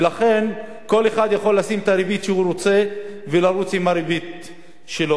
ולכן כל אחד יכול לשים את הריבית שהוא רוצה ולרוץ עם הריבית שלו.